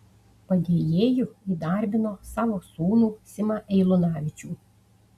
padėjėju įdarbino savo sūnų simą eilunavičių